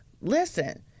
listen